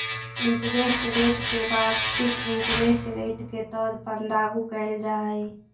interest rate के वार्षिक interest rate के तौर पर लागू कईल जा हई